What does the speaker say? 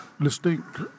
distinct